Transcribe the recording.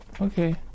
Okay